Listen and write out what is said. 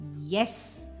yes